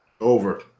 Over